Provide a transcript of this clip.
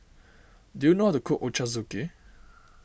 do you know how to cook Ochazuke